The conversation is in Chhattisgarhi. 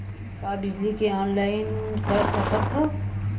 का बिजली के ऑनलाइन कर सकत हव?